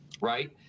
right